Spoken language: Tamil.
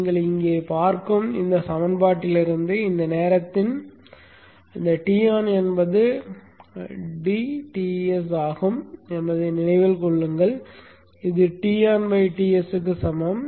நீங்கள் இங்கே பார்க்கும் இந்த சமன்பாட்டிலிருந்து இந்த நேரத்தின் Ton இப்போது dTs ஆகும் என்பதை நினைவில் கொள்ளுங்கள் இது TonTsக்கு சமம்